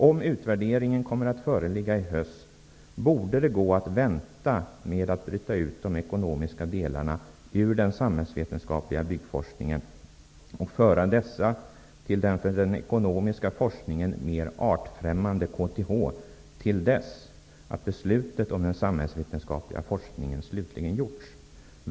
Om utvärderingen kommer att föreligga i höst borde man kunna vänta med att bryta ur de ekonomiska delarna ur den samhällsvetenskapliga byggforskningen och föra dessa till den för den ekonomiska forskningen mer artfrämmande KTH till dess att beslutet om den samhällsvetenskapliga forskningen slutligen har gjorts.